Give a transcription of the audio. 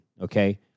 okay